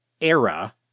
era